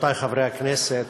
רבותי חברי הכנסת,